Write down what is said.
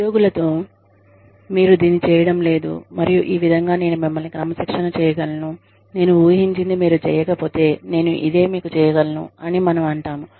ఉద్యోగుల తో మీరు దీన్ని చేయడం లేదు మరియు ఈ విధంగా నేను మిమ్మల్ని క్రమశిక్షణ చేయగలను నేను ఊహించిది మీరు చేయకపోతే నేను ఇదే మీకు చేయగలను అని మనం అంటాము